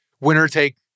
winner-take